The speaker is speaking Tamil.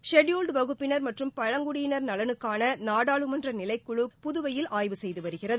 ஷெடியூல்ட் வகுப்பினர் மற்றும் பழங்குடியினர் நலனுக்கான நாடாளுமன்ற நிலைக்குழு புதுவையில் ஆய்வு செய்து வருகிறது